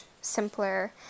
simpler